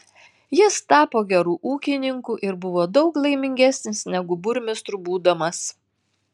jis tapo geru ūkininku ir buvo daug laimingesnis negu burmistru būdamas